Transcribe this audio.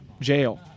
Jail